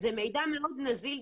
זה מידע מאוד נזיל,